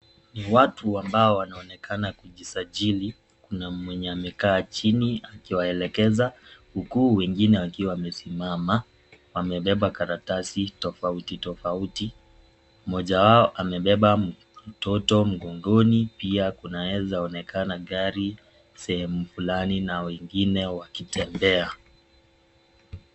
Watu ambao wanaonekana kujisajili, kuna mwenye amekaa chini akiwaelekeza uku wengine wakiwa wamesimama, wamebeba karatasi tofauti tofauti, moja wao amebeba mtoto mgongoni pia kunaeza onekana gari sehemu fulani na wengine wakitembea.